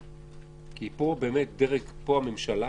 כי פה באמת הממשלה